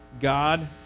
God